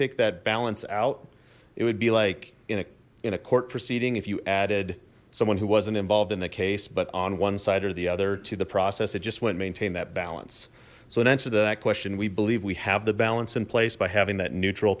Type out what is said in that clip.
take that balance out it would be like in a in a court proceeding if you added someone who wasn't involved in the case but on one side or the other to the process it just went maintain that balance so in answer to that question we believe we have the balance in place by having that neutral